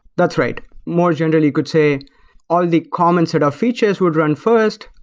that's right. more generally you could say all the common set of features would run first,